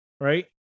right